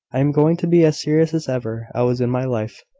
i am going to be as serious as ever i was in my life,